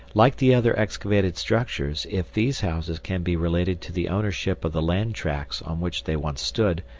like the other excavated structures, if these houses can be related to the ownership of the land tracts on which they once stood,